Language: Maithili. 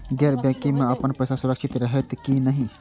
गैर बैकिंग में अपन पैसा सुरक्षित रहैत कि नहिं?